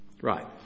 Right